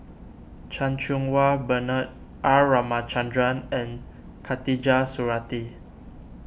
Chan Cheng Wah Bernard R Ramachandran and Khatijah Surattee